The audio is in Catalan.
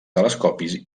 telescopis